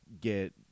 get